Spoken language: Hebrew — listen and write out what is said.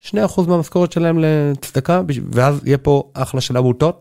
2% מהמשכורת שלהם לצדקה. ואז יהיה פה אחלה של עמותות?